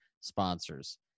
sponsors